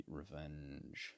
revenge